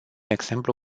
exemplu